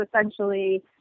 essentially